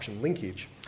linkage